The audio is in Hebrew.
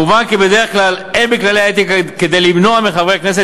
מובן כי בדרך כלל אין בכללי האתיקה כדי למנוע מחברי הכנסת